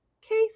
case